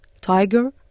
tiger